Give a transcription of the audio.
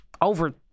over